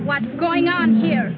what is going on here